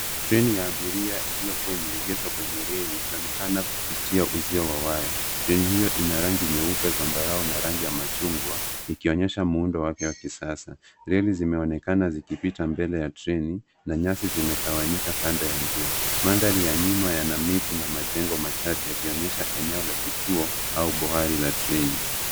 Treni ya abiria iliyokuwa imeegeshwa kwenye reli likionekana kupitia uzio wa waya . Treni iyo ina rangi nyeupe, zambarau na rangi ya machungwa likionyesha muundo wake wa kisasa. Reli zimeonekana zikipita mbele ya treni na nyasi zimetawanyika kando ya njia. Mandhari ya nyuma yana miti na majengo machache yakionyesha eneo la kituo au bohari la treni.